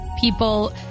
people